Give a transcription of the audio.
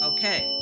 Okay